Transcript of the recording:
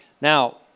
Now